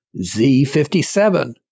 Z57